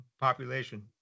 population